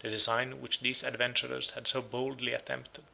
the design which these adventurers had so boldly attempted